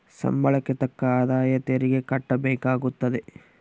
ಸಂಬಳಕ್ಕೆ ತಕ್ಕ ಆದಾಯ ತೆರಿಗೆ ಕಟ್ಟಬೇಕಾಗುತ್ತದೆ